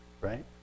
Right